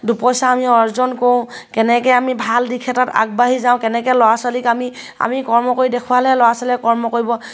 দুপইচা আমি অৰ্জন কৰোঁ কেনেকৈ আমি ভাল দিশ এটাত আগবাঢ়ি যাওঁ কেনেকৈ ল'ৰা ছোৱালীক আমি আমি কৰ্ম কৰি দেখুৱালে ল'ৰা ছোৱালীয়ে কৰ্ম কৰিব